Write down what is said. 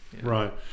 Right